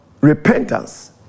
repentance